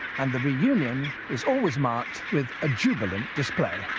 and the reunion is always marked with a jubilant display.